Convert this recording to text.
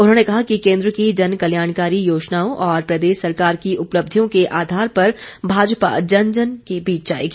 उन्होंने कहा कि केन्द्र की जनकल्याणकारी योजनाओं और प्रदेश सरकार की उपलब्धियों के आधार पर भाजपा जन जन के बीच जाएगी